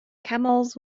camels